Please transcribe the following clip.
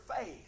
faith